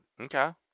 Okay